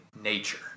nature